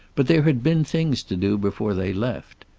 but there had been things to do before they left.